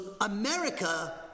America